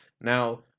Now